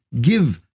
give